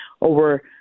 Over